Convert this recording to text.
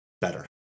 better